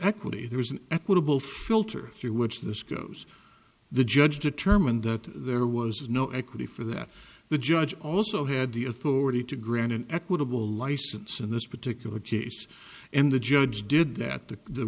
equity there is an equitable filter through which this goes the judge determined that there was no equity for that the judge also had the authority to grant an equitable license in this particular case and the judge did that to the